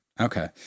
Okay